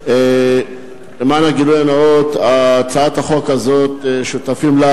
למען הגילוי הנאות, הצעת החוק הזאת, שותפים לה